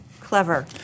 clever